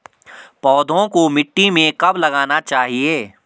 पौधों को मिट्टी में कब लगाना चाहिए?